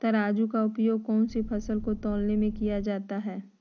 तराजू का उपयोग कौन सी फसल को तौलने में किया जाता है?